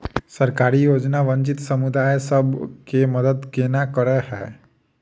सरकारी योजना वंचित समुदाय सब केँ मदद केना करे है?